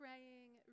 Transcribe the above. Praying